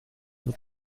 will